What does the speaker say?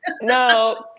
no